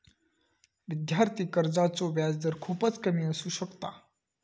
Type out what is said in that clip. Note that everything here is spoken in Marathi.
विद्यार्थी कर्जाचो व्याजदर खूपच कमी असू शकता